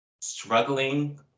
Struggling